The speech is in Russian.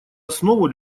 основу